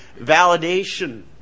validation